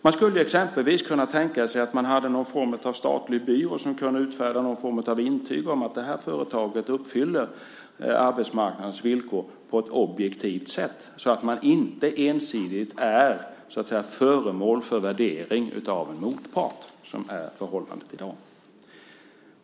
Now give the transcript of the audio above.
Man skulle exempelvis kunna tänka sig att man hade någon form av statlig byrå som skulle kunna utfärda någon form av intyg om att företag uppfyller arbetsmarknadens villkor, på ett objektivt sätt. Då är de inte, så att säga, ensidigt föremål för värdering av en motpart i förhållande till dem.